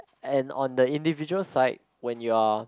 and on the individual side when you are